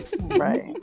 right